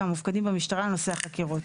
והמופקדים במשטרה על נושא החקירות.